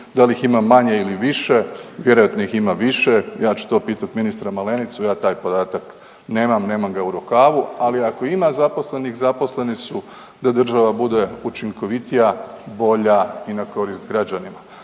dal ih ima manje ili više, vjerojatno ih ima više, ja ću to pitati ministra Malenicu, ja taj podatak nemam, nemam ga u rukavu, ali ima zaposlenih zaposleni su da država bude učinkovitija, bolja i na korist građanima.